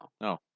No